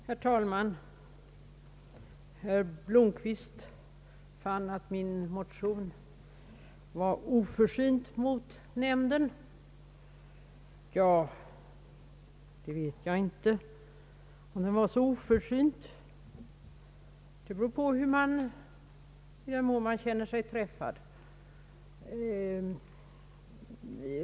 Herr talman! Herr Blomquist fann att min motion var oförsynt mot nämnden. Det beror väl på i vad mån man vill känna sig träffad.